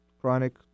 chronic